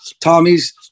Tommy's